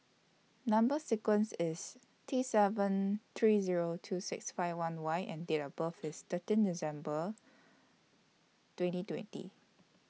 Number sequence IS T seven three Zero two six five one Y and Date of birth IS thirteen December twenty twenty